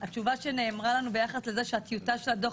התשובה שנאמרה לנו ביחס לזה שהטיוטה של הדוח